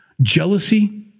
jealousy